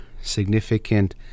significant